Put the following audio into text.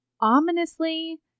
ominously